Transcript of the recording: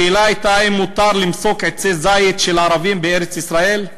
השאלה הייתה: האם מותר למסוק עצי זית של ערבים בארץ-ישראל?